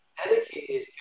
dedicated